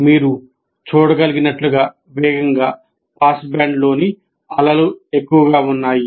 మీరు చూడగలిగినట్లుగా వేగంగా పాస్బ్యాండ్లోని అలలు ఎక్కువగా వస్తాయి